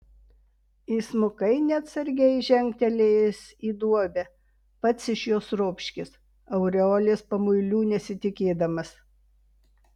įsmukai neatsargiai žengtelėjęs į duobę pats iš jos ropškis aureolės pamuilių nesitikėdamas